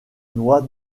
noie